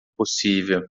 possível